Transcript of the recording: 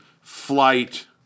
flight